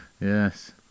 yes